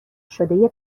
شده